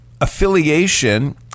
affiliation